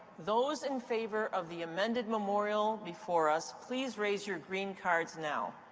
those in favor of the amended memorial before us, please raise your green cards now.